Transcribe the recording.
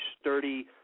sturdy